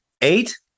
Eight